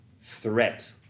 threat